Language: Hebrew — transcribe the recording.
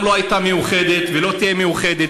מעולם לא הייתה מאוחדת ולא תהיה מאוחדת.